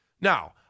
Now